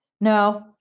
no